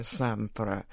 sempre